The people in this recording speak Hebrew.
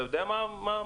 אתה יודע מה המחיר?